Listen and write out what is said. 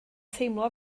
teimlo